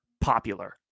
popular